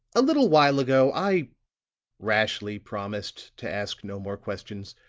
a little while ago, i rashly promised to ask no more questions.